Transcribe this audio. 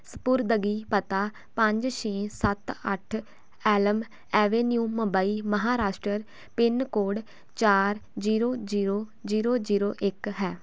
ਸਪੁਰਦਗੀ ਪਤਾ ਪੰਜ ਛੇ ਸੱਤ ਅੱਠ Elm Avenue Mumbai Maharashtra pin code ਚਾਰ ਜੀਰੋ ਜੀਰੋ ਜੀਰੋ ਜੀਰੋ ਇੱਕ ਹੈ